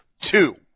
Two